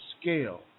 scale